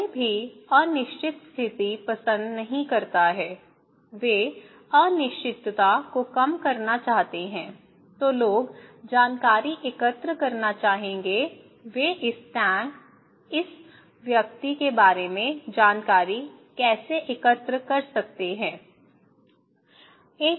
कोई भी अनिश्चित स्थिति पसंद नहीं करता है वे अनिश्चितता को कम करना चाहते हैं तो लोग जानकारी एकत्र करना चाहेंगे वे इस टैंक इस व्यक्ति के बारे में जानकारी कैसे एकत्र कर सकते हैं